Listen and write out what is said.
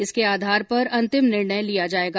इसके आधार पर अंतिम निर्णय लिया जायेगा